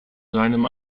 seinem